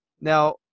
Now